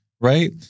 right